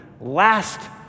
Last